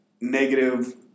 Negative